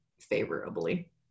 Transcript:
favorably